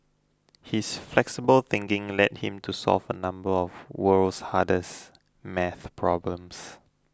his flexible thinking led him to solve a number of the world's hardest maths problems